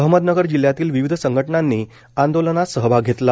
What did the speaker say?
अहमदनगर जिल्ह्यातली विविध संघटनांनी आंदोलनात सहभाग घेतला